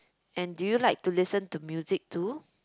and do you like to listen to music too